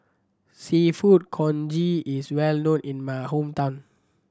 Seafood Congee is well known in my hometown